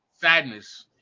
sadness